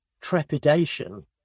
trepidation